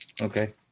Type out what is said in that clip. Okay